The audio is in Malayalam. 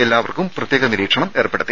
എല്ലാവർക്കും പ്രത്യേക നിരീക്ഷണം ഏർപ്പെടുത്തി